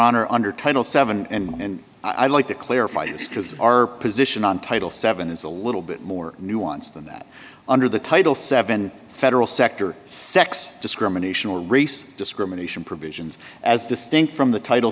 honor under title seven and i'd like to clarify this because our position on title seven is a little bit more nuanced than that under the title seven federal sector sex discrimination or race discrimination provisions as distinct from the title